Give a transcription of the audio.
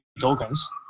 tokens